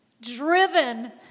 Driven